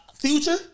Future